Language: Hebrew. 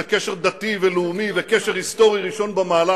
זה קשר דתי ולאומי וקשר היסטורי ראשון במעלה,